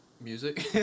music